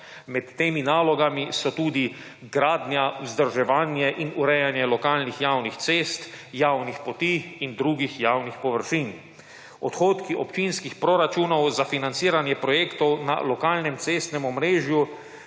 Med temi nalogami so tudi gradnja, vzdrževanje in urejanje lokalnih javni cest, javnih poti in drugih javnih površin. Odhodki občinskih proračunov za financiranje projektov na lokalnem cestnem omrežju